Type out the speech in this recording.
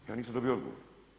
Ja nisam dobio odgovor.